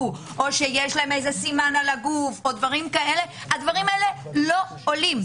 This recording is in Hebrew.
או יש להם סימן על הגוף הדברים הללו לא עולים.